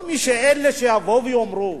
כל מי, אלה שיבואו ויאמרו: